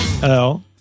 Hello